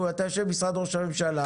אתה יושב במשרד ראש הממשלה,